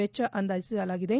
ವೆಚ್ಚ ಅಂದಾಜಸಲಾಗಿದೆ